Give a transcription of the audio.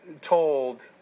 told